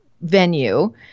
venue